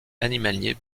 animalier